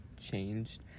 changed